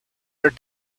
their